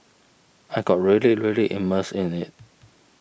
I got really really immersed in it